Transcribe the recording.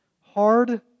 Hard